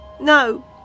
no